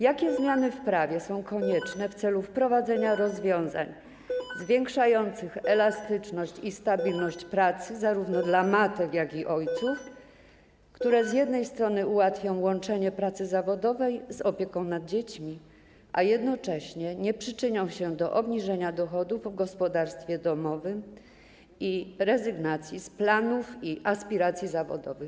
Jakie zmiany w prawie są konieczne w celu wprowadzenia rozwiązań zwiększających elastyczność i stabilność pracy zarówno dla matek, jak i ojców, które z jednej strony ułatwią łączenie pracy zawodowej z opieką nad dziećmi, a z drugiej jednocześnie nie przyczynią się do obniżenia dochodów w gospodarstwie domowym i rezygnacji z planów i aspiracji zawodowych?